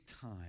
time